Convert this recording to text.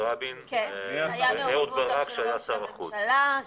הייתה מעורבות של ראש הממשלה.